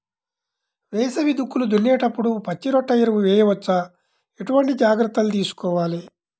వేసవి దుక్కులు దున్నేప్పుడు పచ్చిరొట్ట ఎరువు వేయవచ్చా? ఎటువంటి జాగ్రత్తలు తీసుకోవాలి?